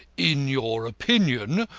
in your opinion,